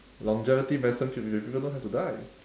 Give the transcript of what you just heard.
longevity medicine treatment people don't have to die